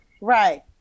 Right